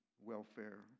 welfare